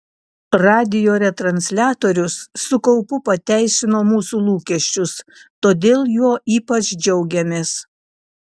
radijo retransliatorius su kaupu pateisino mūsų lūkesčius todėl juo ypač džiaugiamės